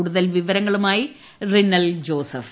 കൂടുതൽ വിവരങ്ങളുമായി റിനൽ ജോസഫ്